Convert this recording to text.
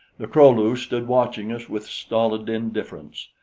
the kro-lu stood watching us with stolid indifference.